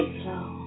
slow